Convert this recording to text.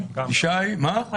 אין